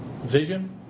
vision